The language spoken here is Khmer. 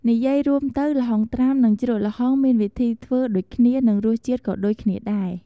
និយាយរួមទៅល្ហុងត្រាំនិងជ្រក់ល្ហុងមានវិធីធ្វើដូចគ្នា និងរសជាតិក៏ដូចគ្នាដែរ។